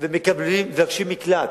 ומבקשים מקלט.